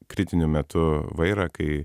kritiniu metu vairą kai